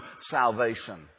salvation